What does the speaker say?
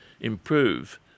improve